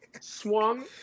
swung